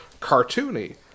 cartoony